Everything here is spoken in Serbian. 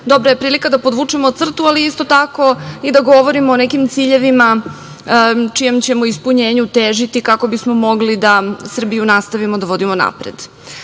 dobra je prilika da podvučemo crtu, ali isto tako i da govorimo o nekim ciljevima čijem ćemo ispunjenju težiti kako bismo mogli Srbiju nastaviti da vodimo napred. Do